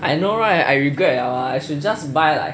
I know right I regret liao ah I should just buy like